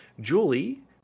Julie